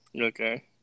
Okay